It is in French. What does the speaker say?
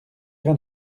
vrai